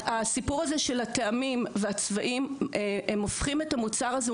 הסיפור הזה של הטעמים והצבעים הם הופכים את המוצר הזה,